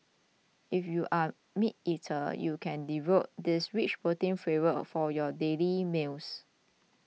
if you are meat eaters you can devour this rich protein flavor for your daily meals